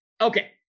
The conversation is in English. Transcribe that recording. Okay